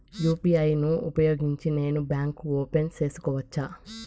UPI ను ఉపయోగించి నేను బ్యాంకు ఓపెన్ సేసుకోవచ్చా?